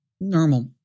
Normal